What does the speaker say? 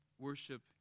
worship